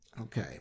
okay